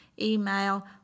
email